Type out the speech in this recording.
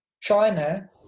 China